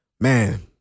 Man